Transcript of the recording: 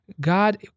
God